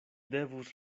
devus